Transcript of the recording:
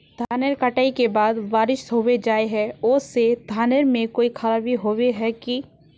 धानेर कटाई के बाद बारिश होबे जाए है ओ से धानेर में कोई खराबी होबे है की?